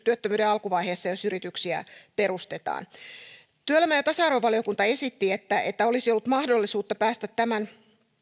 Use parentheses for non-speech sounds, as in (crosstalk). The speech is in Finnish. (unintelligible) työttömyyden alkuvaiheessa jos yrityksiä perustetaan työelämä ja ja tasa arvovaliokunta esitti että että olisi ollut mahdollisuus päästä tämän